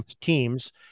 teams